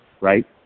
right